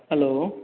hello